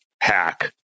hack